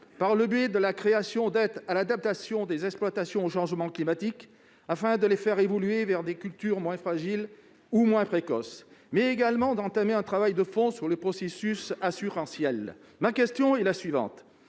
par le biais de la création d'aides à l'adaptation des exploitations au changement climatique, afin de les faire évoluer vers des cultures moins fragiles ou moins précoces. Il faut également entamer un travail de fond sur les processus assurantiels. Concrètement, sous quel